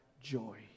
joy